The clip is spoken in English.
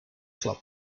club